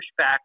pushback